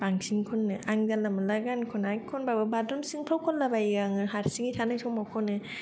बांसिन खननो आं जानला मोनला गान खना खनबाबो बाथरुम सिंफ्राव खनलाबायो आङो हारसिङै थानाय समाव खनो